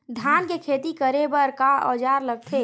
धान के खेती करे बर का औजार लगथे?